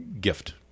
gift